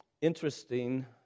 Interesting